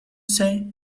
say